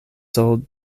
sold